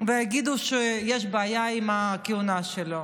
ויגידו שיש בעיה עם הכהונה שלו.